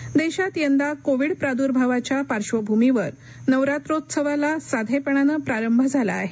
नवरात्र् देशात यंदा कोविड प्रादुर्भावाच्या पाश्र्वभूमीवर नवरोत्रोत्सवाला साधेपणानं प्रारंभ झाला आहे